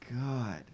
God